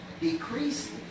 decreasing